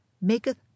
maketh